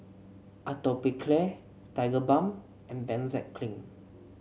Atopiclair Tigerbalm and Benzac Cream